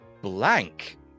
blank